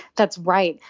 that's right,